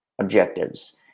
objectives